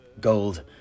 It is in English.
gold